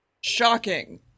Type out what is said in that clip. Shocking